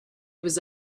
was